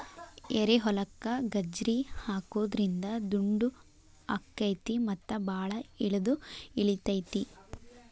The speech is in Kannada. ಏರಿಹೊಲಕ್ಕ ಗಜ್ರಿ ಹಾಕುದ್ರಿಂದ ದುಂಡು ಅಕೈತಿ ಮತ್ತ ಬಾಳ ಇಳದು ಇಳಿತೈತಿ